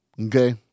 okay